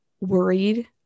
worried